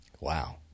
Wow